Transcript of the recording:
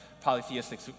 polytheistic